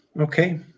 Okay